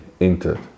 entered